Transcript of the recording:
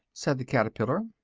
said the caterpillar.